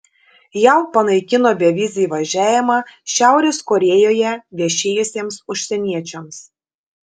jav panaikino bevizį įvažiavimą šiaurės korėjoje viešėjusiems užsieniečiams